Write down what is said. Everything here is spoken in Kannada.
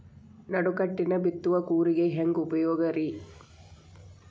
ನಡುಕಟ್ಟಿನ ಬಿತ್ತುವ ಕೂರಿಗೆ ಹೆಂಗ್ ಉಪಯೋಗ ರಿ?